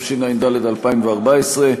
התשע"ד 2014,